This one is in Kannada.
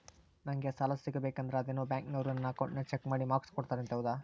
ನಂಗೆ ಸಾಲ ಸಿಗಬೇಕಂದರ ಅದೇನೋ ಬ್ಯಾಂಕನವರು ನನ್ನ ಅಕೌಂಟನ್ನ ಚೆಕ್ ಮಾಡಿ ಮಾರ್ಕ್ಸ್ ಕೊಡ್ತಾರಂತೆ ಹೌದಾ?